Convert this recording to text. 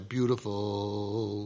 Beautiful